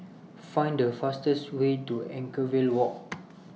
Find The fastest Way to Anchorvale Walk